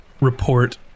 report